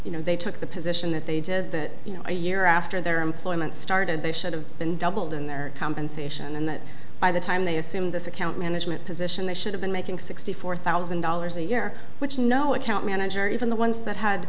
you know they took the position that they did that you know a year after their employment started they should have been doubled in their compensation and that by the time they assume this account management position they should have been making sixty four thousand dollars a year which no account manager even the ones that had